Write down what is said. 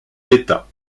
d’état